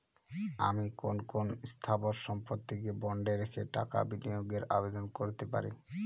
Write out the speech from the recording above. আমি কোন কোন স্থাবর সম্পত্তিকে বন্ডে রেখে টাকা বিনিয়োগের আবেদন করতে পারি?